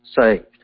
saved